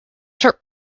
sharp